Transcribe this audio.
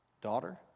Daughter